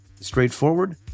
straightforward